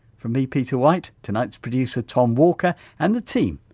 from me, peter white, tonight's producer, tom walker and the team,